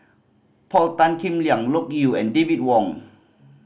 Paul Tan Kim Liang Loke Yew and David Wong